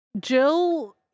jill